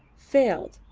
failed,